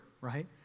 right